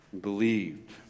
believed